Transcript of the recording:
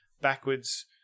backwards